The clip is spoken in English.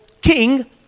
king